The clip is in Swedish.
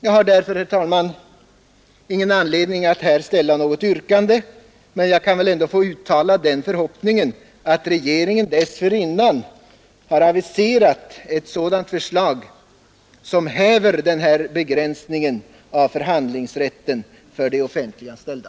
Jag har därför, herr talman, ingen anledning att här ställa något yrkande, men jag kan väl ändå få uttala den förhoppningen att regeringen dessförinnan har aviserat ett förslag som upphäver den här begränsningen av förhandlingsrätten för de offentliganställda.